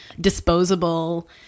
disposable